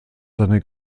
seine